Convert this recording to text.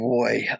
boy